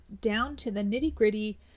down-to-the-nitty-gritty